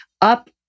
up